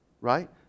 right